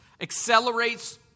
accelerates